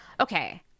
Okay